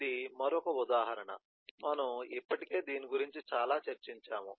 ఇది మరొక ఉదాహరణ మనం ఇప్పటికే దీని గురించి చాలా చర్చించాము